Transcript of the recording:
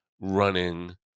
running